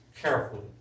carefully